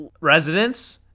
residents